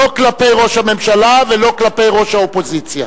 לא כלפי ראש הממשלה ולא כלפי ראש האופוזיציה.